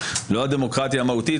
לא הדמוקרטיה המהותית,